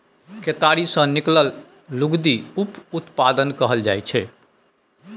केतारी सँ निकलल लुगदी उप उत्पाद कहल जाइ छै